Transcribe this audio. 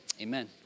Amen